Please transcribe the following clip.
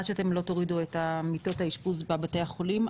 עד שאתם לא תורידו את מיטות האשפוז בבתי החולים,